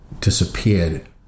disappeared